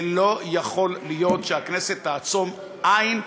לא יכול להיות שהכנסת תעצום עין,